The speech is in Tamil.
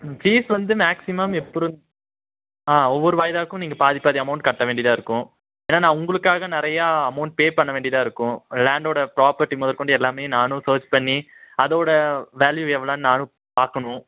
ம் ஃபீஸ் வந்து மேக்ஸிமம் எப்புடி ஆ ஒவ்வொரு வாய்தாக்கும் நீங்கள் பாதி பாதி அமௌண்ட் கட்ட வேண்டியதாக இருக்கும் ஏன்னா நான் உங்களுக்காக நிறையா அமௌண்ட் பே பண்ண வேண்டியதாக இருக்கும் லேண்டோட ப்ராப்பர்ட்டி முதக்கொண்டு எல்லாமே நானும் சேர்ச் பண்ணி அதோட வேல்யூ எவ்வளோன்னு நானும் பார்க்கணும்